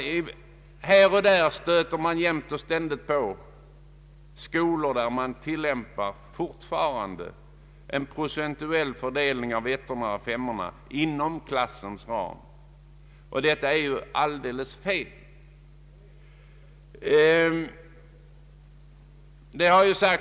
Här och där stöter man på skolor där procentuell fördelning av sifferbetygen tillämpas inom klassens ram. Detta är alldeles fel.